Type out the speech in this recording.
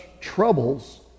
troubles